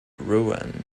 rouen